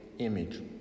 image